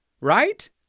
right